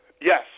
Yes